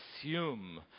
assume